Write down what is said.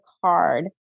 card